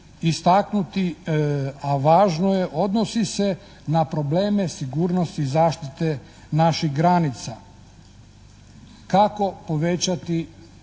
istaknuti a važno je. Odnosi se na probleme sigurnosti zaštite naših granica. Kako povećati